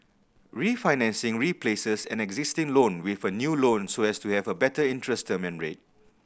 refinancing replaces an existing loan with a new loan so as to have a better interest term and rate